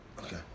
Okay